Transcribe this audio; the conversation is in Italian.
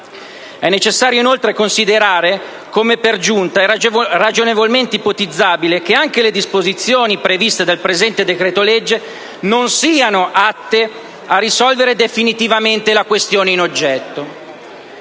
È necessario, inoltre considerare come per giunta è ragionevolmente ipotizzabile che anche le disposizioni previste dal presente decreto-legge non siano atte a risolvere definitivamente la questione in oggetto.